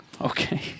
Okay